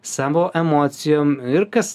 savo emocijom ir kas